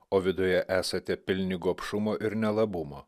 o viduje esate pilni gobšumo ir nelabumo